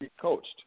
coached